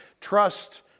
trust